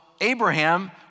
Abraham